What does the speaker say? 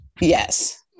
Yes